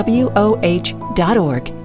woh.org